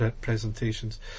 presentations